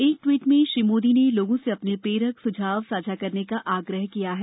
एक ट्वीट में श्री मोदी ने लोगों से अपने प्रेरक सुझाव साझा करने का आग्रह किया है